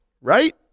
Right